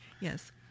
yes